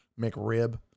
McRib